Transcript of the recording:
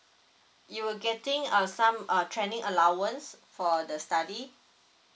you will getting ah some err training allowance for the study